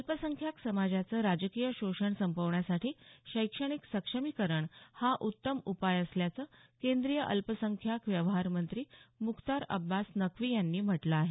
अल्पसंख्याक समाजाचं राजकीय शोषण संपवण्यासाठी शैक्षणिक सक्षमीकरण हा उत्तम उपाय असल्याचं केंद्रीय अल्पसंख्याक व्यवहारमंत्री मुख्तार अब्बास नक्की यांनी म्हटलं आहे